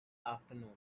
afternoon